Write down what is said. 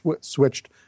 switched